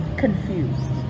confused